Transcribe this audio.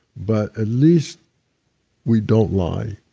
but at least we don't lie.